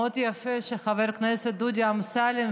מאוד יפה שחבר הכנסת דודי אמסלם,